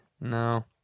No